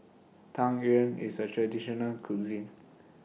Tang Yuen IS A Traditional Cuisine